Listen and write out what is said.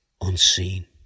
unseen